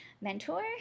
mentor